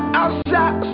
outside